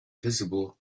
visible